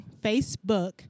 Facebook